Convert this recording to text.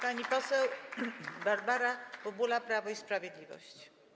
Pani poseł Barbara Bubula, Prawo i Sprawiedliwość.